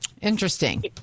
interesting